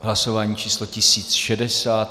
Hlasování číslo 1060.